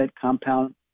compound